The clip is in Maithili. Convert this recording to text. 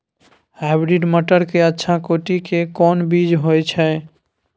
हाइब्रिड मटर के अच्छा कोटि के कोन बीज होय छै?